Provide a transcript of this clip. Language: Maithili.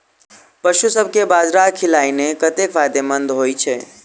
पशुसभ केँ बाजरा खिलानै कतेक फायदेमंद होइ छै?